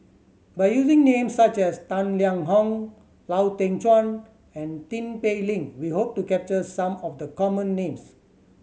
by using names such as Tang Liang Hong Lau Teng Chuan and Tin Pei Ling we hope to capture some of the common names